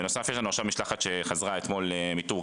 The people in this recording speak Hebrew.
בנוסף, יש לנו עכשיו משלחת שחזרה אתמול מטורקיה,